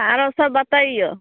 आरो सब बतैयौ